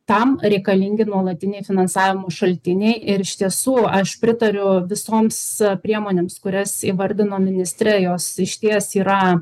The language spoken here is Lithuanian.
tam reikalingi nuolatiniai finansavimų šaltiniai ir iš tiesų aš pritariu visoms priemonėms kurias įvardino ministre jos išties yra